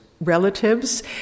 relatives